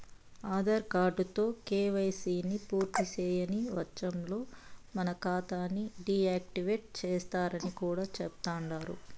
ఆదార్ కార్డుతో కేవైసీని పూర్తిసేయని వచ్చంలో మన కాతాని డీ యాక్టివేటు సేస్తరని కూడా చెబుతండారు